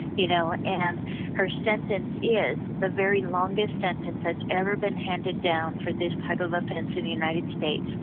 you know and her sentence is the very longest sentence that's ever been handed down for this type of offense in the united states,